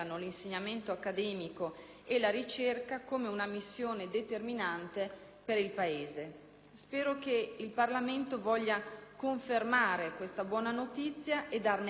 e la ricerca come una missione determinante per il Paese. Spero che il Parlamento voglia confermare questa buona notizia e darne altre e di migliori,